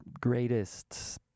greatest